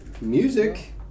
music